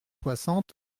soixante